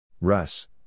Russ